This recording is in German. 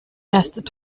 erst